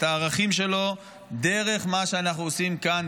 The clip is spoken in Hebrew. את הערכים שלו דרך מה שאנחנו עושים כאן,